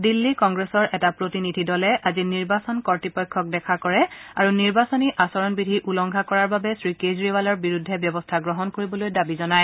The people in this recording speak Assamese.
দিল্লী কংগ্ৰেছৰ এটা প্ৰতিনিধি দলে আজি নিৰ্বাচন কৰ্তৃপক্ষক দেখা কৰে আৰু নিৰ্বাচনী আচৰণবিধি উলংঘা কৰাৰ বাবে শ্ৰীকেজৰিৱালৰ বিৰুদ্ধে ব্যৱস্থা গ্ৰহণ কৰিবলৈ দাবী জনায়